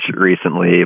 recently